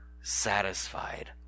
satisfied